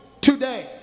Today